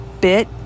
bit